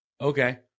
Okay